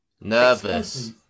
Nervous